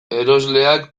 erosleak